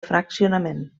fraccionament